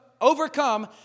overcome